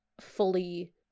fully